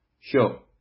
Sure